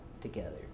together